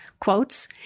Quotes